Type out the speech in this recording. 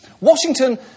Washington